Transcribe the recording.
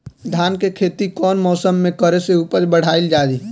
धान के खेती कौन मौसम में करे से उपज बढ़ाईल जाई?